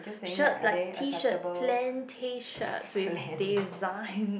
shirt like T shirt plain T shirts with design